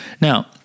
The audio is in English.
Now